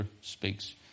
speaks